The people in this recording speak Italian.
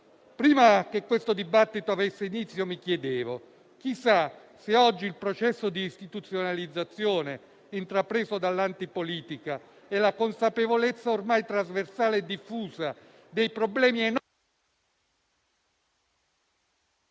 Prima che questo dibattito avesse inizio, mi chiedevo se magari oggi il processo di istituzionalizzazione intrapreso dall'antipolitica e la consapevolezza ormai trasversale e diffusa dei problemi enormi